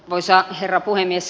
arvoisa herra puhemies